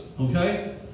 okay